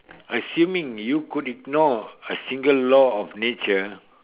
assuming you could ignore a single law of nature